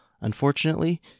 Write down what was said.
Unfortunately